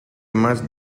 más